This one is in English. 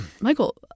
Michael